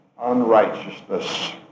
unrighteousness